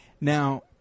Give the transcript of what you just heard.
Now